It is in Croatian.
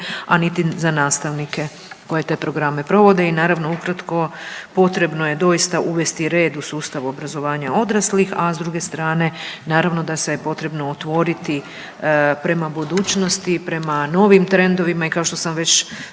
a niti za nastavnike koji te programe provode. I naravno ukratko je potrebno je doista uvesti red u sustavu obrazovanja odraslih, a s druge strane naravno da se je potrebno otvoriti prema budućnosti, prema novim trendovima. I kao što sam već